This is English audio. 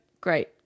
great